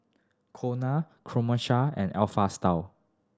Cornell Krombacher and Alpha Style